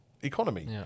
economy